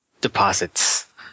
deposits